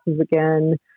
again